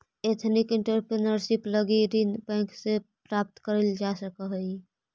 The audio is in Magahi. एथनिक एंटरप्रेन्योरशिप लगी ऋण बैंक से प्राप्त कैल जा सकऽ हई